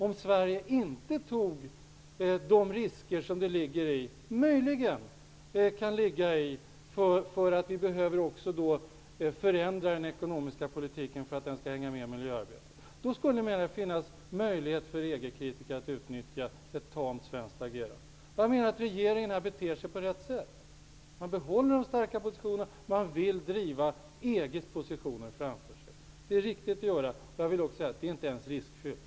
Om Sverige inte tog de risker det möjligen innebär att vi behöver förändra den ekonomiska politiken för att den skall hänga med i miljöarbetet, skulle det finnas möjlighet för EG-kritiker att utnyttja ett tamt svenskt agerande. Regeringen beter sig på rätt sätt. Man behåller de starka positionerna och man vill driva EG:s positioner framför sig. Det är riktigt att göra på det sättet. Det är inte ens riskfyllt.